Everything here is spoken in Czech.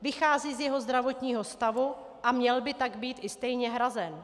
Vychází z jeho zdravotního stavu a měl by tak být i stejně hrazen.